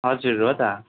हजुर हो त